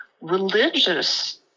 religious